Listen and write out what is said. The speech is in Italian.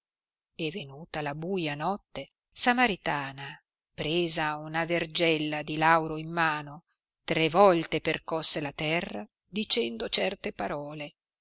e venuta la buia notte samaritana presa una vergella di lauro in mano tre volte percosse la terra dicendo certe parole